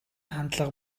хандлага